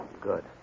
Good